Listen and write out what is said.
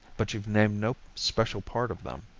but you've named no special part of them.